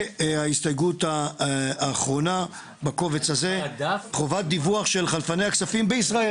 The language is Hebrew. וההסתייגות האחרונה בקובץ הזה: "חובת דיווח של חלפני הכספים בישראל".